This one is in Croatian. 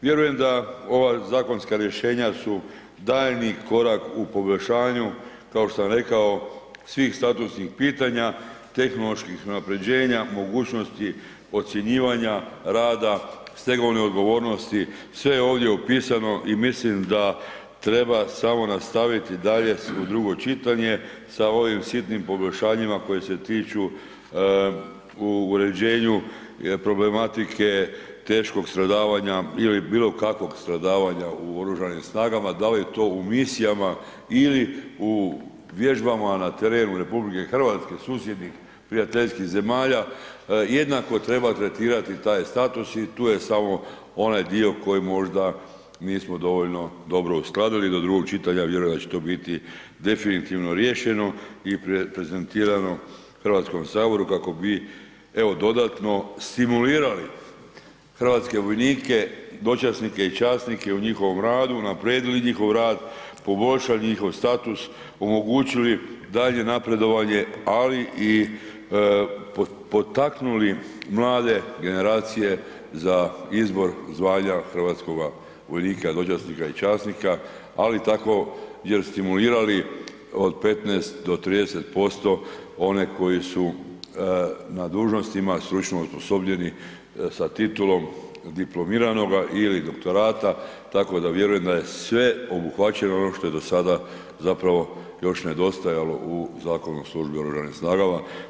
Vjerujem da ova zakonska rješenja su daljnji korak u poboljšanju, kao što sam rekao svih statusnih pitanja, tehnoloških unapređenja, mogućnosti ocjenjivanja rada stegovne odgovornosti, sve je ovdje opisano i mislim da treba samo nastaviti dalje u drugo čitanje, sa ovim sitnim poboljšanjima koje se tiču uređenju problematike teškog stradavanja ili bilo kakvog stradavanja u OSRH, da li to u misijama ili vježbama na terenu RH, susjednih prijateljskih zemalja, jednako treba tretirati takav status i tu je samo onaj dio koji možda nismo dovoljno dobro uskladili, do drugog čitanja vjerujem da će to biti definitivno riješeno i prezentirano HS-u kako bi, evo dodatno stimulirali hrvatske vojnike, dočasnike i časnike u njihovom radu, unaprijedili njihov rad, poboljšali njihov status, omogućili daljnje napredovanje, ali i potaknuli mlade generacije za izbor zvanja hrvatskoga vojnika, dočasnika i časnika, ali tako jer stimulirali od 15-30% one koji su na dužnostima stručno osposobljeni sa titulom diplomiranoga ili doktorata, tako da vjerujem da je sve obuhvaćeno ono što je do sada zapravo još nedostajalo u Zakonu o službi u Oružanim snagama.